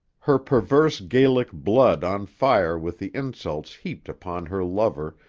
her perverse gaelic blood on fire with the insults heaped upon her lover,